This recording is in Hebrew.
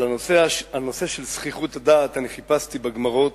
על נושא של זחיחות דעת חיפשתי בגמרות,